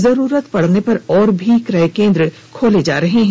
जरूरत पड़ने पर और भी क्रय केंद्र खोल जा रहे हैं